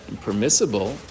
permissible